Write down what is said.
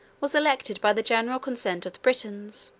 was elected by the general consent of the britons.